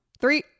Three